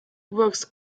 works